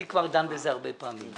אני כבר דן בזה הרבה פעמים,